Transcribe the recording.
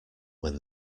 when